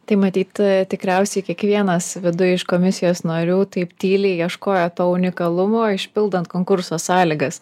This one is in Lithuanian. tai matyt tikriausiai kiekvienas viduj iš komisijos narių taip tyliai ieškojo to unikalumo išpildant konkurso sąlygas